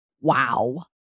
wow